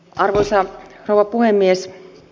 arvoisa rouva puhemies